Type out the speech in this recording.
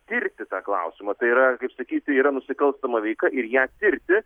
tirti tą klausimą tai yra kaip sakyti yra nusikalstama veika ir ją tirti